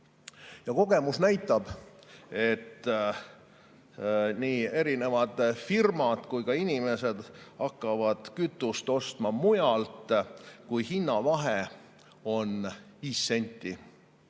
Kogemus näitab, et nii firmad kui ka inimesed hakkavad kütust ostma mujalt, kui hinnavahe on viis senti.